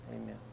Amen